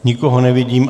Nikoho nevidím.